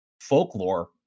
folklore